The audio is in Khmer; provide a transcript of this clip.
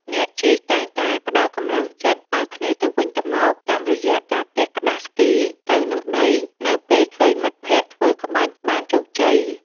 អ្នកជិះតែងតែផ្ដល់កម្លាំងចិត្តឱ្យគ្នាទៅវិញទៅមក តាមរយៈការទះក្ដារស្គីទៅនឹងដីនៅពេលឃើញមិត្តភក្ដិធ្វើក្បាច់បានជោគជ័យ។